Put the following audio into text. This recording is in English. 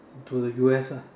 to the U_S lah